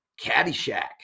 Caddyshack